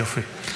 יופי.